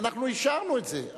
ואישרנו את זה,